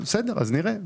בסדר, נראה.